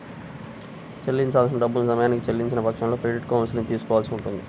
చెల్లించాల్సిన డబ్బుల్ని సమయానికి చెల్లించని పక్షంలో క్రెడిట్ కౌన్సిలింగ్ తీసుకోవాల్సి ఉంటది